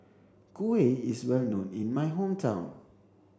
Kuih is well known in my hometown